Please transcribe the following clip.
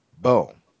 boom